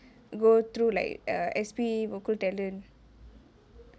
go through like a S_P vocal talent